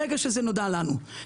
ברגע שזה נודע לנו,